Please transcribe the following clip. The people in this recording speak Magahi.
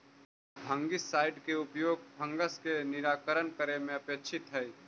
फंगिसाइड के उपयोग फंगस के निराकरण करे में अपेक्षित हई